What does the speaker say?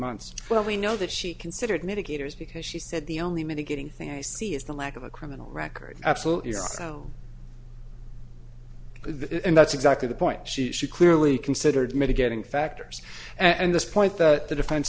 months well we know that she considered mitigators because she said the only mitigating thing i see is the lack of a criminal record absolutely around and that's exactly the point she she clearly considered mitigating factors and this point that the defense